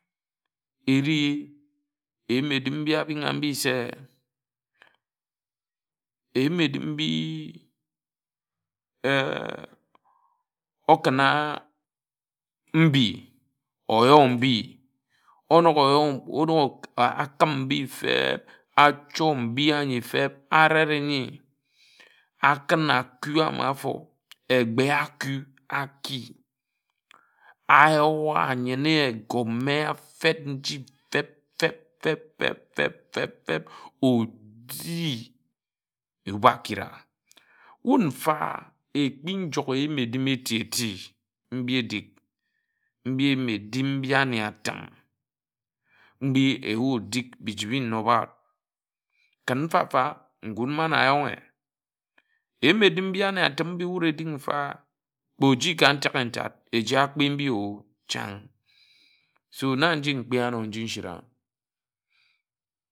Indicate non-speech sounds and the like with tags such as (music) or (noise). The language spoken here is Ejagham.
Eri eyim edim mbi ebińg mbi se eyim edim mbi kpe (hesitation) okińa mbi óyo mbi onók óyo onōk akim mbi feb achor mbi ányi feb arere ńyi akiń akū ama áfo egbe akū aki áyo a nyene egȯme aféd nji fed fed fed fed fed ōdi ōba kira áne wud mfa ekpi njok eyim edim eti-eti mbi édik mbi eyim edim mbi ane atiń mbi ebu otik mbi ji inoba ken mfa-mfa nkún ayónghe eyim edim mbi áne atim mbi wud edik mfa kpe oji ka ntek-a-ntek eji akpi mbi o chań so na nji mkpi ano nji nchora.